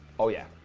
oh yeah.